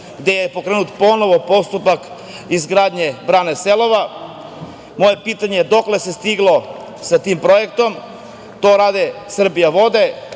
gde je pokrenut ponovo postupak izgradnje brane „Selova“.Moje pitanje je – dokle se stiglo sa tim projektom? To rade „Srbijavode“,